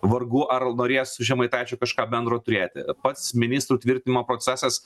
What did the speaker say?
vargu ar norės su žemaitaičiu kažką bendro turėti pats ministrų tvirtinimo procesas